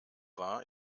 war